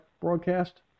broadcast